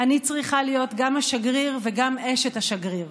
אני צריכה להיות גם השגריר וגם אשת השגריר.